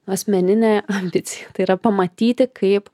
asmeninė ambicija tai yra pamatyti kaip